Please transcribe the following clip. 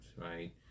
right